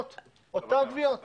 אותן גביות, אותן גביות.